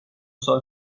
سال